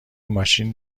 ماشین